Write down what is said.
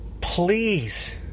Please